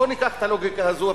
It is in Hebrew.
בואו ניקח את הלוגיקה הזאת,